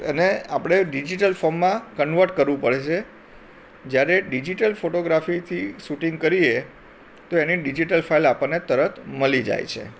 એને આપણે ડિજિટલ ફોર્મમાં કન્વર્ટ કરવું પડે છે જ્યારે ડિજિટલ ફોટોગ્રાફીથી સૂટિંગ કરીએ તો એની ડિજિટલ ફાઇલ આપણને તરત મળી જાય છે